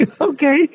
okay